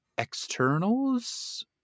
externals